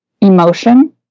emotion